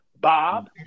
Bob